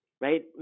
right